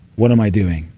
what am i doing?